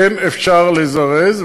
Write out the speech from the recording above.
כן אפשר לזרז.